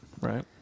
right